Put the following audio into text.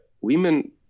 women